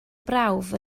brawf